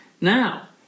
Now